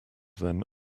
them